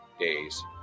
days